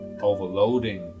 overloading